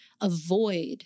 avoid